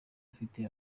ufite